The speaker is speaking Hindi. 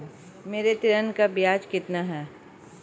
मेरे ऋण का ब्याज कितना है?